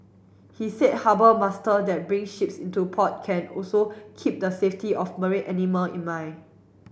he said harbour master that bring ships into port can also keep the safety of marine animal in mind